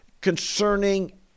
concerning